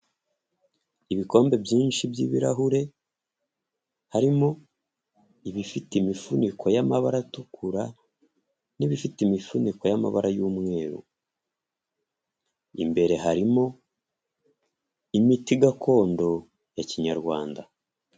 Ibikombe byinshi by'ibirahure, harimo ibifite imifuniko y'amabara atukura n'ibifite imifuniko y'amabara y'umweru, imbere harimo imiti gakondo ya kinyarwanda.